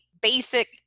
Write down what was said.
basic